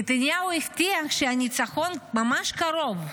נתניהו הבטיח שהניצחון ממש קרוב.